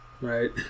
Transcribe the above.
right